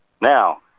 Now